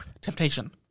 temptation